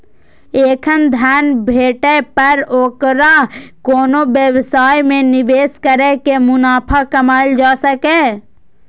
एखन धन भेटै पर ओकरा कोनो व्यवसाय मे निवेश कैर के मुनाफा कमाएल जा सकैए